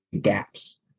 gaps